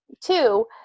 two